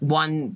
one